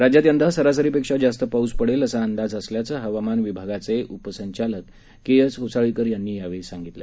राज्यात यंदा सरासरीपेक्षा जास्त पाउस पडेल असा अंदाज असल्याचं हवामान विभागाचे उपसंचालक के एस होसाळकर यांनी यावेळी सांगितलं